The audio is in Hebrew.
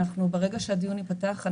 ברגע שהדיון ייפתח,